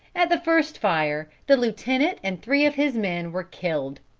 at the first fire, the lieutenant and three of his men were killed.